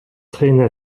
traîna